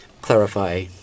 clarify